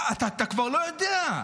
אתה כבר לא יודע.